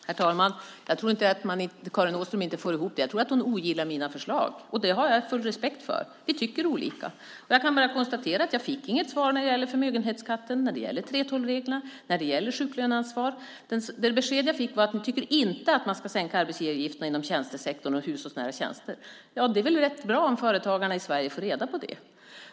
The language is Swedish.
Herr talman! Jag tror inte att Karin Åström inte får ihop det. Jag tror att hon ogillar mina förslag, och det har jag full respekt för. Vi tycker olika. Jag kan bara konstatera att jag inte fick något svar när det gäller förmögenhetsskatten, när det gäller 3:12-reglerna och när det gäller sjuklöneansvaret. Det besked jag fick var att ni inte tycker att man ska sänka arbetsgivaravgifterna inom tjänstesektorn och hushållsnära tjänster. Det är väl rätt bra om företagarna i Sverige får reda på det.